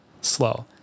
slow